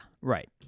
Right